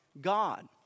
God